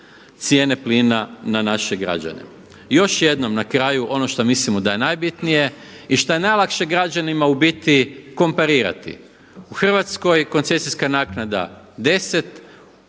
cijene plina na naše građane. Još jednom na kraju ono što mislimo da je najbitnije i šta je najlakše građanima u biti komparirati. U Hrvatskoj koncesijska naknada 10%